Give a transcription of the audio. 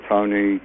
Tony